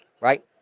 right